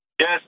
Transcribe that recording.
Yes